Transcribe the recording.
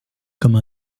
comme